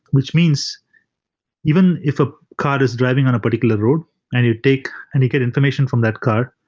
which means even if a car is driving on a particular road and you take and you get information from that car,